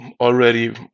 already